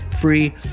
free